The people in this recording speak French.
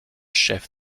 chef